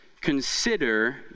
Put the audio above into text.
consider